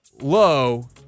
low